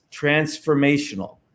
transformational